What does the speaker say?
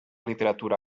literatura